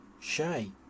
Shay